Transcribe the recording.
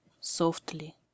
softly